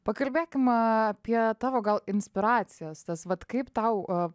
pakalbėkim aaa apie tavo gal inspiracijas tas vat kaip tau a